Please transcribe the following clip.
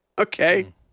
Okay